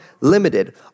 limited